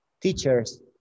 Teachers